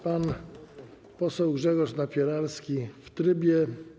Pan poseł Grzegorz Napieralski w trybie.